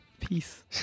Peace